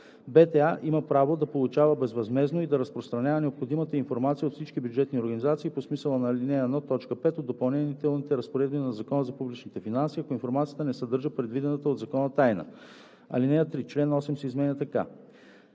има право да получава безвъзмездно и да разпространява необходимата й информация от всички бюджетни организации по смисъла на § 1, т. 5 от Допълнителните разпоредби на Закона за публичните финанси, ако информацията не съдържа предвидена от закон тайна.“ § 3. Член 8 се изменя така: